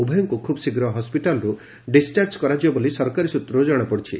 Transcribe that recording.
ଉଭୟଙ୍କ ଖୁବ୍ ଶୀଘ୍ର ହସିଟାଲର୍ ଡିସଚାର୍ଜ କରାଯିବ ବୋଲି ସରକାରୀ ସୂତ୍ରରୁ ଜଶାପଡ଼ିଛି